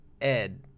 Ed